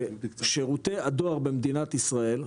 ששירותי הדואר במדינת ישראל,